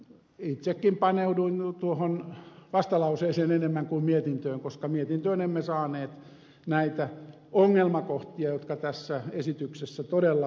itsekin paneuduin tuohon vastalauseeseen enemmän kuin mietintöön koska mietintöön emme saaneet näitä ongelmakohtia jotka tässä esityksessä todella vakavia ovat